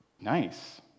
Nice